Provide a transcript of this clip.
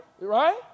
right